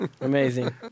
Amazing